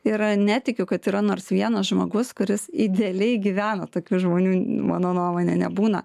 ir netikiu kad yra nors vienas žmogus kuris idealiai gyvena tokių žmonių mano nuomone nebūna